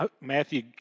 Matthew